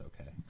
okay